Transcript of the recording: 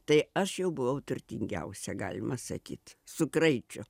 tai aš jau buvau turtingiausia galima sakyt su kraičiu